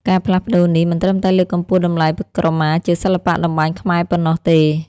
ការផ្លាស់ប្តូរនេះ មិនត្រឹមតែលើកកម្ពស់តម្លៃក្រមាជាសិល្បៈតម្បាញខ្មែរប៉ុណ្ណោះទេ។